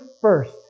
first